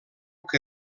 que